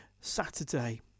Saturday